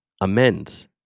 Amends